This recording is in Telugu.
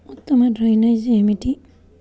ఉత్తమ డ్రైనేజ్ ఏమిటి?